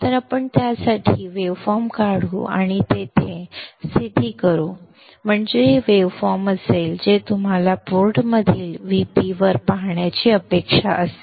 तर आपण त्यासाठी वेव्हफॉर्म काढू आणि त्याची येथे स्थिती करू म्हणजे हे वेव्ह फॉर्म असेल जे तुम्हाला पोर्टमधील Vp वर पाहण्याची अपेक्षा असेल